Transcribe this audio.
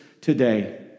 today